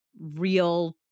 real